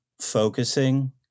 focusing